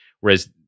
Whereas